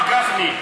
הרב גפני,